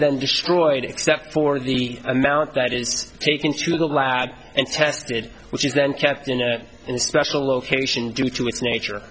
then destroyed except for the amount that is taken to the lab and tested which is then kept in a in a special location due to its nature